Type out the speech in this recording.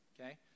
okay